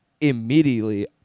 immediately